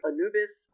Anubis